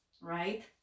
right